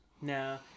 No